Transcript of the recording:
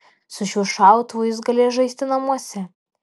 su šiuo šautuvu jis galės žaisti namuose